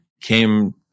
came